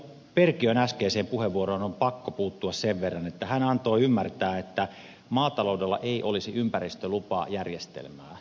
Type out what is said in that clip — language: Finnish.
perkiön äskeiseen puheenvuoroon on pakko puuttua sen verran että hän antoi ymmärtää että maataloudella ei olisi ympäristölupajärjestelmää